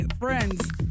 Friends